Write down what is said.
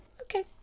okay